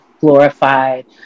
glorified